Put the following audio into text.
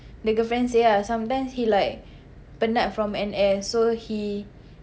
the girlfriend say ah sometimes he like penat from N_S so he